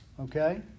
Okay